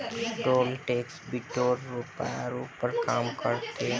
toll tax बिटोरे खातिर सरकार पीपीपी प्रारूप पर काम कर तीय